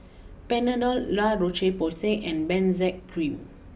Panadol La Roche Porsay and Benzac cream